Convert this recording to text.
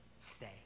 stay